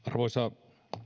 arvoisa